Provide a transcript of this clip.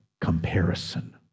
comparison